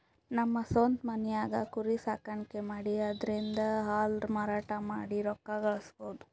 ನಮ್ ಸ್ವಂತ್ ಮನ್ಯಾಗೆ ಕುರಿ ಸಾಕಾಣಿಕೆ ಮಾಡಿ ಅದ್ರಿಂದಾ ಹಾಲ್ ಮಾರಾಟ ಮಾಡಿ ರೊಕ್ಕ ಗಳಸಬಹುದ್